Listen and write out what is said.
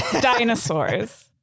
Dinosaurs